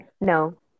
No